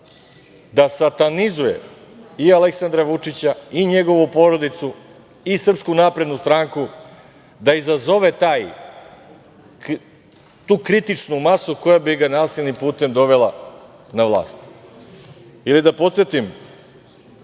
da satanizuje i Aleksandra Vučića i njegovu porodicu i SNS, da izazove tu kritičnu masu koja bi na nasilnim putem dovela na vlast ili da podsetim